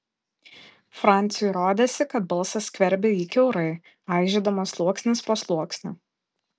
franciui rodėsi kad balsas skverbia jį kiaurai aižydamas sluoksnis po sluoksnio